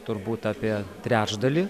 turbūt apie trečdalį